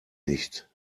nicht